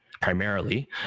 primarily